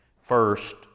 first